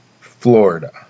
Florida